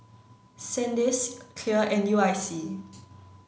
Sandisk Clear and U I C